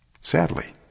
Sadly